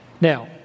Now